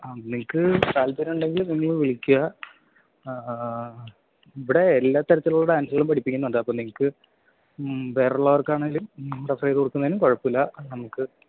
ആഹ് നിങ്ങൾക്ക് താല്പ്പര്യം ഉണ്ടെങ്കില് നിങ്ങൾ വിളിക്കുക ഇവിടെ എല്ലാ തരത്തിലുള്ള ഡാന്സ്കളും പഠിപ്പിക്കുന്നുണ്ട് അപ്പം നിങ്ങൾക്ക് വേറെയുള്ളവര്ക്കാണെങ്കിലും റെഫെറ് ചെയ്ത് കൊടുക്കുന്നതിനും കുഴപ്പം ഇല്ല നമുക്ക്